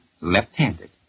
left-handed